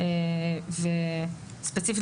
וספציפית,